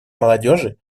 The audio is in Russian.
молодежи